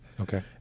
Okay